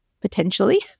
potentially